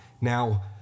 Now